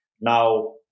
Now